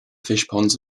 fishponds